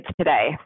today